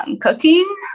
cooking